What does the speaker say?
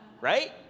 right